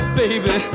baby